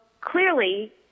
clearly